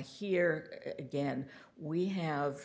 hear again we have